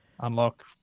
unlock